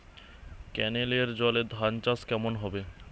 কেনেলের জলে ধানচাষ কেমন হবে?